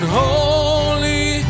holy